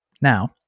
Now